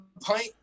pint